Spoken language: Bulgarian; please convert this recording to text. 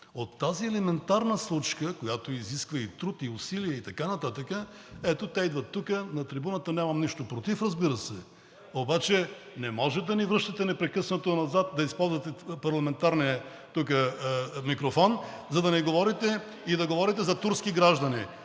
От тази елементарна случка, която изисква и труд, и усилия, и така нататък, ето, те идват тук, на трибуната – нямам нищо против, разбира се, обаче не може да ни връщате непрекъснато назад, да използвате парламентарния микрофон, за да ни говорите за турски граждани.